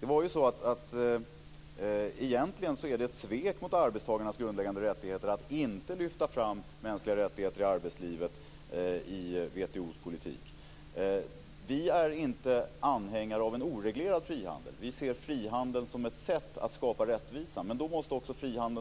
Det är egentligen ett svek mot arbetstagarnas grundläggande rättigheter att i WTO:s politik inte lyfta fram mänskliga rättigheter i arbetslivet. Vi är inte anhängare av en oreglerad frihandel. Vi ser frihandeln som ett sätt att skapa rättvisa, men den måste